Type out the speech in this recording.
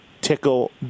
Tickle